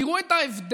תראו את ההבדל,